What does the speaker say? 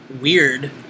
weird